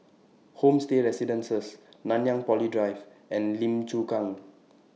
Homestay Residences Nanyang Poly Drive and Lim Chu Kang